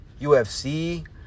UFC